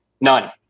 None